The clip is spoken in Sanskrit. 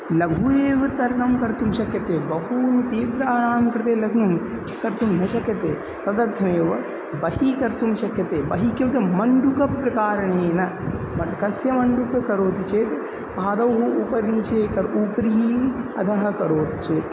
लघु एव तरणं कर्तुं शक्यते बहूनां तीव्राणां कृते लघुः कर्तुं न शक्यते तदर्थमेव बहिः कर्तुं शक्यते बहिः किमर्थं मण्डूकप्रकारेण कस्य मण्डुकः करोति चेत् पादौः उपरिचेकर् उपरि अधः करोति चेत्